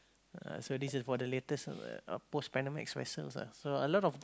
uh so this is for the latest uh post Panamax vessels ah so a lot of